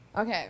Okay